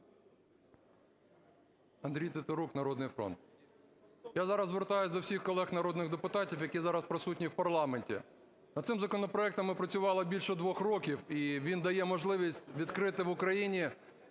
Андрій Тетерук, "Народний фронт". Я зараз звертаюсь до всіх колег народних депутатів, які зараз присутні в парламенті. Над цим законопроектом ми працювали більше двох років, і він дає можливість відкрити в Україні